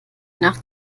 nach